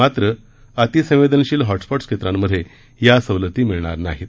मात्र अतिसंवेदनशील हॉटस्पॉट क्षेत्रांमध्ये या सवलती मिळणार नाहीत